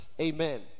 Amen